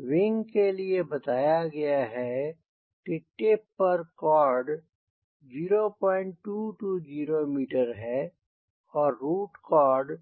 wing के लिए बताया गया है कि टिप पर कॉर्ड 0220 मीटर है और रुट कॉर्ड